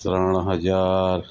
ત્રણ હજાર